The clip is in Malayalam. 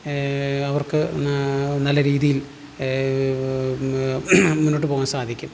അവർക്ക് നാ നല്ല രീതിയിൽ മുന്നോട്ട് പോകാൻ സാധിക്കും